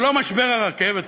זה לא משבר הרכבת,